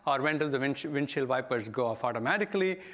or when do the windshield windshield wipers go off automatically?